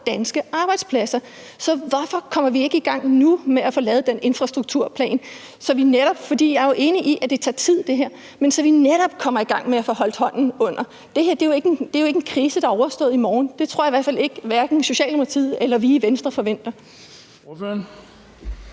danske arbejdspladser. Så hvorfor kommer vi ikke i gang nu med at få lavet den infrastrukturplan, så vi netop – for jeg er jo enig i, at det her tager tid – kommer i gang med at få holdt hånden under arbejdspladserne? Det her er jo ikke en krise, der er overstået i morgen – det tror jeg i hvert fald hverken Socialdemokratiet eller vi i Venstre forventer.